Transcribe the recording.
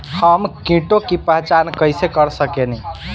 हम कीटों की पहचान कईसे कर सकेनी?